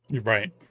right